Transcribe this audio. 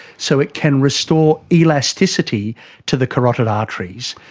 so it can restore elasticity to the carotid arteries.